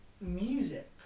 music